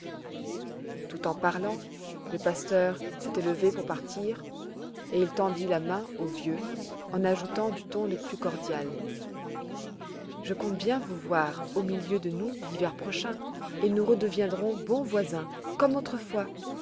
tout en parlant le pasteur s'était levé pour partir et il tendit la main au vieux en ajoutant du ton le plus cordial je compte bien vous voir au milieu de nous l'hiver prochain et nous redeviendrons bons voisins comme autrefois